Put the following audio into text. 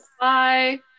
Bye